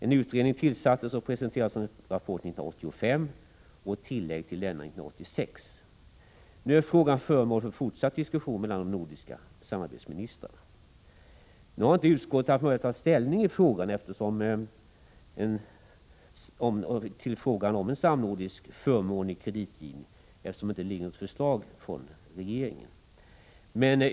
En utredning tillsattes och presenterade en rapport 1985 och ett tillägg till denna 1986. Frågan är nu föremål för fortsatt diskussion mellan de nordiska samarbetsministrarna. Utskottet har inte haft möjlighet att ta ställning i frågan om en samnordisk förmånlig kreditgivning, eftersom inget förslag från regeringen ännu föreligger.